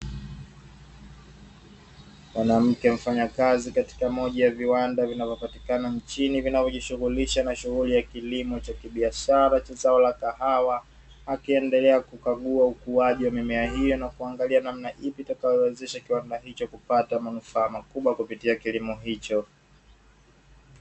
Mwanamke mfanyakazi katika moja ya viwanda vinavyopatikana nchini vinavyojishughulisha na shughuli ya kilimo cha kibiashara cha zao la kahawa, akiendelea kukagua ukuaji wa mimea hii na kuangalia namna ipi itakayowezesha kiwanda hicho kupata manufaa makubwa kupitia kilimo hicho.